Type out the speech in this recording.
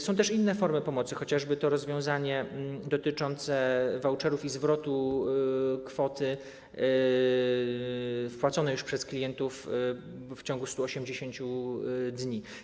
Są też inne formy pomocy, chociażby rozwiązanie dotyczące voucherów i zwrotu kwoty wpłaconej już przez klientów w ciągu 180 dni.